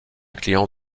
client